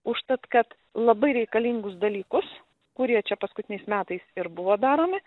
užtat kad labai reikalingus dalykus kurie čia paskutiniais metais ir buvo daromi